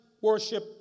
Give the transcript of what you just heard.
worship